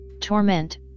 torment